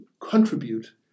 contribute